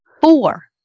Four